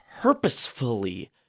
purposefully